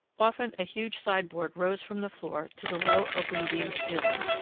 often a huge side-board rose from the floor to the low, open-beamed ceiling.